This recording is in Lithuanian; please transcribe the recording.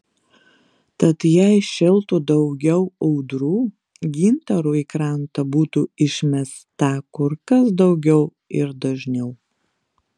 tad jei šėltų daugiau audrų gintarų į krantą būtų išmesta kur kas daugiau ir dažniau